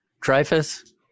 Dreyfus